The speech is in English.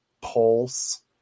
Pulse